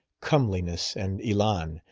comeliness and elan,